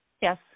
Yes